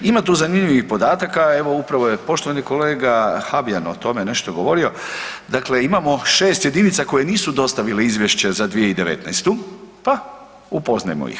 Imat tu zanimljivih podataka, evo upravo je poštovani kolega Habijan o tome nešto govorio, dakle imamo 6 jedinica koje nisu dostavile izvješće za 2019.-tu, pa upoznajmo ih.